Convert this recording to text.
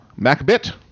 MacBit